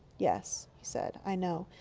yes, he said, i know.